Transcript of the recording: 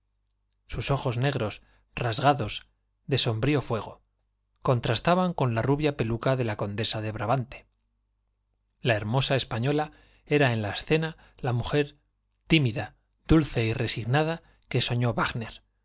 curvas ojos negros ras gados de sombrío fuego contrastaban con la rubia de la condesa de brabante la hermosa peluca espa ñola era en la la escena mujer tímida dulce y resig nada que soñó wagner